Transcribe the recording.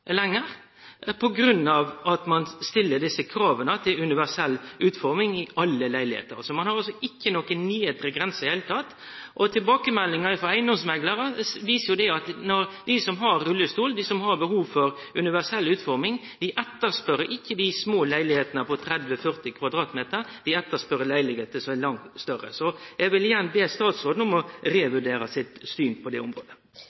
nedre grense. Tilbakemeldingar frå eigedomsmeklarar viser at dei som har rullestol, dei som har behov for universell utforming, ikkje etterspør dei små leilegheitene på 30–40 m2, dei etterspør leilegheiter som er langt større. Eg vil igjen be statsråden om å revurdere sitt syn på det området.